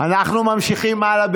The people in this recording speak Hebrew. אנחנו ממשיכים הלאה.